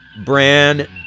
Brand